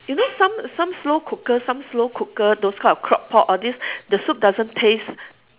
you know some some slow cooker some slow cooker those kind of crock-pot all this the soup doesn't taste